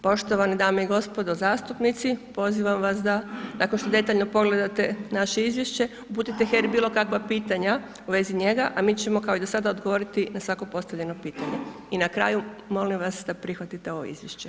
Poštovane dame i gospodo zastupnici, pozivam vas da nakon što detaljno pogledate naše izvješće, uputite HERA-i bilo kakva pitanja u vezi njega, a mi ćemo kao i do sada odgovoriti na svako postavljeno pitanje i na kraju molim vas da prihvatite ovo izvješće.